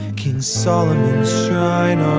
king solomon's shrine